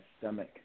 stomach